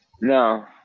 No